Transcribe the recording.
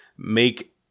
Make